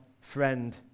friend